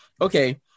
okay